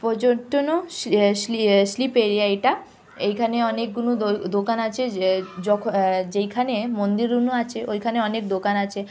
পর্যটনও শি শ্লি শিল্প এরিয়া এটা এখানে অনেকগুলো দোকান আছে যে যখন যেখানে মন্দিরগুলো আছে ওখানে অনেক দোকান আছে